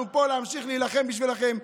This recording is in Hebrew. אנחנו פה להמשיך להילחם בשבילכם,